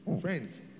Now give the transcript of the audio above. Friends